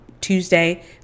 Tuesday